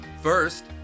First